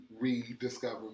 rediscover